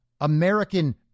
American